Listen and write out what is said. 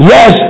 Yes